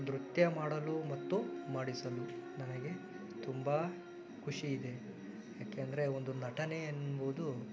ನೃತ್ಯ ಮಾಡಲು ಮತ್ತು ಮಾಡಿಸಲು ನನಗೆ ತುಂಬ ಖುಷಿಯಿದೆ ಯಾಕೆಂದರೆ ಒಂದು ನಟನೆ ಎಂಬುದು